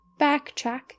backtrack